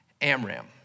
Amram